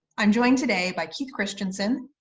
i'm joined today by keith christiansen,